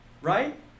right